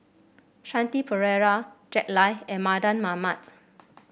Shanti Pereira Jack Lai and Mardan Mamat